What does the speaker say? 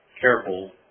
careful